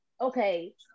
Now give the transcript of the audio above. okay